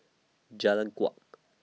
Jalan Kuak